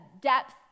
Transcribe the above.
depth